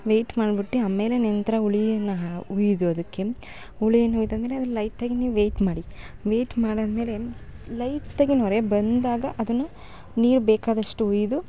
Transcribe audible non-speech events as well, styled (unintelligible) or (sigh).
wait ಮಾಡ್ಬುಟ್ಟು ಆಮೇಲೆ ನಂತ್ರ ಹುಳಿಯನ್ನ ಹಾ ಹುಯ್ದು ಅದಕ್ಕೆ ಹುಳೀನ ಹುಯ್ದಾದಮೇಲೆ (unintelligible) ಲೈಟಾಗಿ ನೀವು ವೇಯ್ಟ್ ಮಾಡಿ ವೆಯ್ಟ್ ಮಾಡಿದ್ಮೇಲೆ ಲೈಟಾಗಿ ನೊರೆ ಬಂದಾಗ ಅದನ್ನು ನೀರು ಬೇಕಾದಷ್ಟು ಹುಯ್ದು